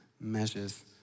measures